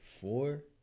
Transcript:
Four